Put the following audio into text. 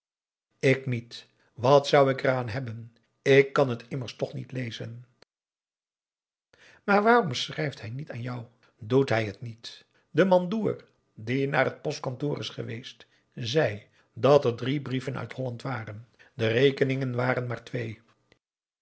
ik niet wat zou ik er aan hebben ik kan het immers toch niet lezen maar waarom schrijft hij niet aan jou doet hij het niet de mandoer die naar het postkantoor is geweest zei dat er drie brieven uit holland waren de rekeningen waren maar twee